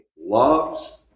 loves